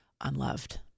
unloved